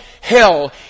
hell